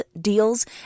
deals